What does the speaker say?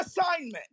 assignment